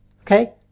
okay